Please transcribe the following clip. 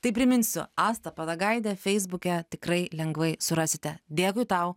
tai priminsiu asta padagaitė feisbuke tikrai lengvai surasite dėkui tau